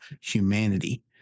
humanity